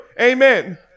Amen